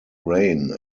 rain